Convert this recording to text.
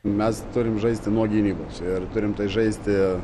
mes turim žaisti nuo gynybos ir turim tai žaisti